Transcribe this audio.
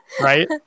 Right